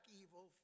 evil